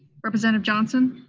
representative johnson?